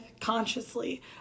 consciously